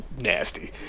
nasty